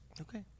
Okay